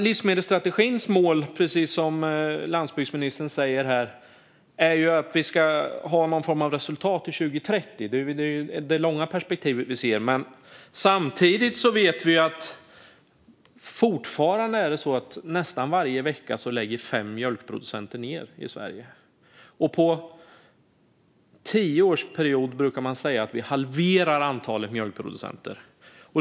Livsmedelsstrategins mål är, precis som landsbygdsministern säger, att vi ska ha någon form av resultat till 2030. Det är det långa perspektiv vi ser. Men samtidigt vet vi att det fortfarande är så att det nästan varje vecka är fem mjölkproducenter som lägger ned i Sverige. Man brukar säga att vi halverar antalet mjölkproducenter under en tioårsperiod.